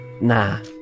Nah